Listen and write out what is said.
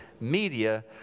media